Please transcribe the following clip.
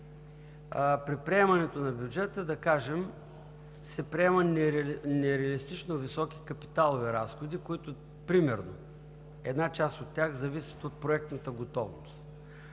При приемането на бюджета, да кажем, се приемат нереалистично високи капиталови разходи. Примерно една част от тях зависят от проектната готовност